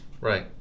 Right